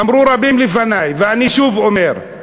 אמרו רבים לפני, ואני שוב אומר: